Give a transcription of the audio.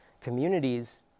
communities